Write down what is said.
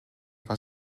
was